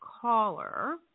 caller